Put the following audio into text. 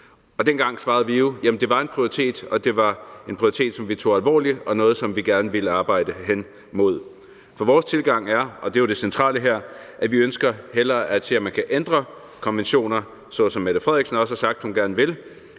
Dengang svarede vi jo, at det var en prioritet, en prioritet, som vi tog alvorligt, og noget, som vi gerne ville arbejde hen imod. For vores tilgang er – og det er jo det centrale her – at vi hellere ønsker at se på, om man kan ændre konventioner, sådan som Mette Frederiksen også har sagt at hun gerne vil,